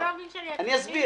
אתה לא מבין שאני עצבנית?